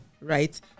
right